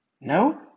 No